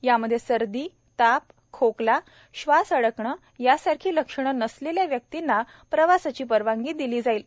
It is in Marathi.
यामध्ये सर्दी ताप खोकला श्वास अडकणे यासारखी लक्षणं नसलेल्या व्यक्तींना प्रवासाची परवानगी दिली जाईल